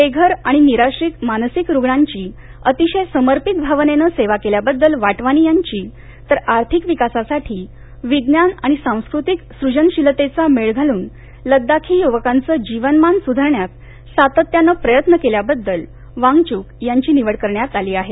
बेघर याणि निराश्रित मानसिक रुग्णांची अतिशय समर्पित भावनेनं सेवा केल्याबद्दल वाटवानी यांची तर आर्थिक विकासासाठी विज्ञान आणि सांस्कृतिक सूजनशीलतेचा मेळ घालून लद्दाखी युवकांचं जीवनमान सुधारण्यात सातत्यानं प्रयत्न केल्याबद्दल वांगचुक यांची निवड करण्यात आली आहे